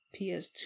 PS2